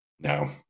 No